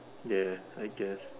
ya I guess